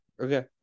Okay